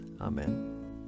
Amen